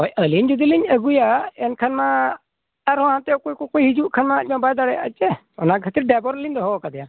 ᱦᱳᱭ ᱟᱹᱞᱤᱧ ᱡᱩᱫᱤ ᱞᱤᱧ ᱟᱹᱜᱩᱭᱟ ᱮᱱᱠᱷᱟᱱᱢᱟ ᱟᱨ ᱦᱚᱸ ᱦᱟᱱᱛᱮ ᱚᱠᱚᱭ ᱠᱚᱠᱚ ᱦᱤᱡᱩᱜ ᱠᱷᱟᱱᱢᱟ ᱟᱡᱢᱟ ᱵᱟᱭᱫᱟᱲᱮᱭᱟᱜᱼᱟ ᱪᱮ ᱚᱱᱟ ᱠᱷᱟᱹᱛᱤᱨ ᱰᱟᱭᱵᱚᱨᱞᱤᱧ ᱫᱚᱦᱚᱣ ᱠᱟᱫᱮᱭᱟ